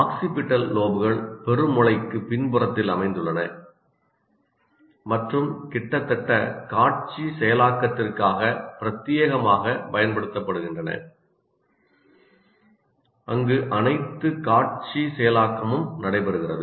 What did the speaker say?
occipital லோப்கள் பெருமூளைக்கு பின்புறத்தில் அமைந்துள்ளன மற்றும் கிட்டத்தட்ட காட்சி செயலாக்கத்திற்காக பிரத்தியேகமாக பயன்படுத்தப்படுகின்றன அங்கு அனைத்து காட்சி செயலாக்கமும் நடைபெறுகிறது